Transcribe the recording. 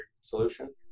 solution